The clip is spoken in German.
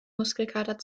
muskelkater